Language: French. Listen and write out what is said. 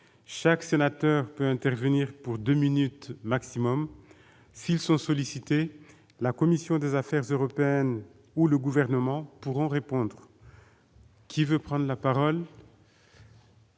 chaque sénateur peut intervenir pour deux minutes maximum. S'ils sont sollicités, la commission des affaires européennes ou le Gouvernement pourront répondre pour deux minutes également.